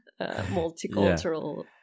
multicultural